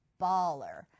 baller